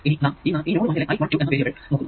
ഇനി നാം ഈ നോഡ് 1 ലെ I 12 എന്ന വേരിയബിൾ നോക്കുന്നു